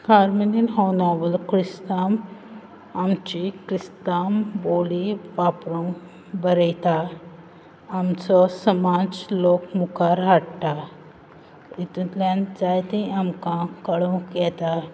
कार्मेलीन हो नॉवल क्रिस्तांव आमची क्रिस्तांव बोली वापरून बरयता आमचो समाज लोक मुखार हाडटा हितुंतल्यान जायतें आमकां कळूंक येता